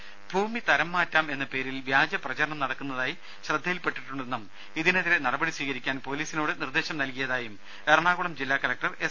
രുദ ഭൂമി തരം മാറ്റാം എന്ന പേരിൽ വ്യാജ പ്രചരണം നടക്കുന്നതായി ശ്രദ്ധയിൽപെട്ടിട്ടുണ്ടെന്നും ഇതിനെതിരെ നടപടി സ്വീകരിക്കാൻ പൊലീസിനോട് ആവശ്യപ്പെട്ടതായും എറണാകുളം ജില്ലാ കലക്ടർ എസ്